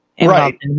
Right